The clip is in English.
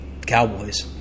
Cowboys